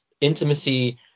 intimacy